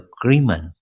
agreement